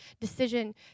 decision